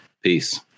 Peace